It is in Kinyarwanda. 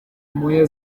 moya